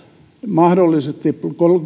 mahdollisesti